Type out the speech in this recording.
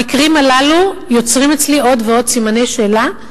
המקרים הללו יוצרים אצלי עוד ועוד סימני שאלה,